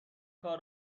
کار